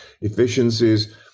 efficiencies